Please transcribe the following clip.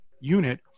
unit –